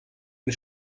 den